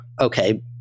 okay